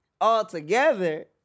altogether